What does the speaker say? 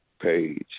page